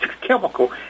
chemical